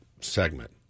segment